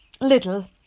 little